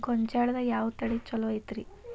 ಗೊಂಜಾಳದಾಗ ಯಾವ ತಳಿ ಛಲೋ ಐತ್ರಿ?